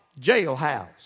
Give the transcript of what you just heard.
jailhouse